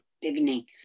beginning